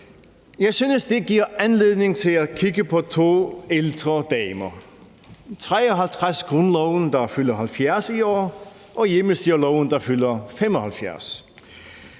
Jeg synes, det giver anledning til at kigge på to ældre damer, nemlig 1953-grundloven, der fylder 70 i år, og hjemmestyreloven, der fylder 75